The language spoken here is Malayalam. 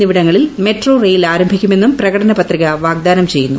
എന്നിവിടങ്ങളിൽ മെട്രോ റെയിൽ ആരംഭിക്കുമെന്നും പ്രകടന പത്രിക വാഗ്ദാനം ചെയ്യ്ക്കു